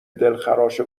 دلخراش